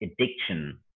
addiction